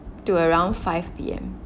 to around five P_M